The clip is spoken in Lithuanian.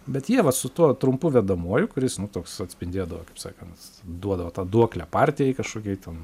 bet jie vat su tuo trumpu vedamuoju kuris nu toks atspindėdavo kaip sakant duodavo tą duoklę partijai kažkokiai ten